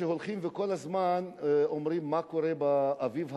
שהולכים וכל הזמן אומרים: מה קורה באביב הערבי?